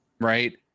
Right